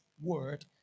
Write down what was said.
word